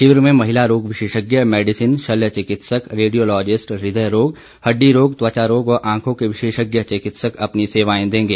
शिविर में महिला रोहग विशेषज्ञ मेडिसन शल्य चिकित्सक रेडियोलोजिस्ट इदय रोग हड्डी रोग व आंखों के विशेषज्ञ चिकित्सक अपनी सेवायें देंगे